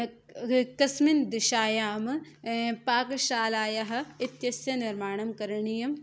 क कस्मिन् दिशायां पाकशालायाः इत्यस्य निर्माणं करणीयं